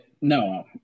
no